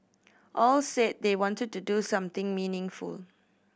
all said they wanted to do something meaningful